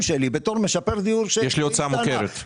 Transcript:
יש לי הוצאה מוכרת.